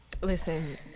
Listen